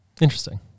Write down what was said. Interesting